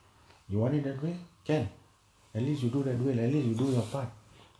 you want it that way can at least do that way at least do your part